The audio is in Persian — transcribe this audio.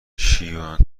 شیون